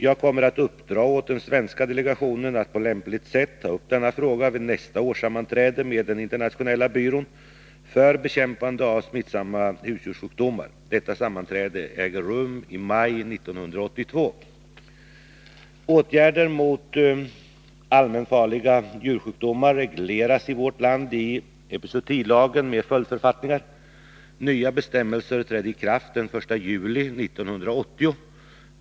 Jag kommer att uppdra åt den svenska delegationen att på lämpligt sätt ta upp denna fråga vid nästa årssammanträde med den internationella byrån för bekämpande av smittsamma husdjurssjukdomar. Detta sammanträde äger rum i maj 1982. Åtgärder mot allmänfarliga djursjukdomar regleras i vårt land i epizootilagen med följdförfattningar. Nya bestämmelser trädde i kraft den 1 juli 1980.